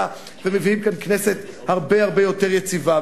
ומביאים לכאן כנסת הרבה הרבה יותר יציבה.